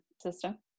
system